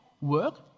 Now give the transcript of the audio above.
work